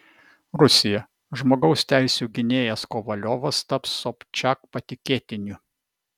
rusija žmogaus teisių gynėjas kovaliovas taps sobčiak patikėtiniu